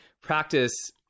practice